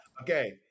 Okay